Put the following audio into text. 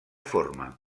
forma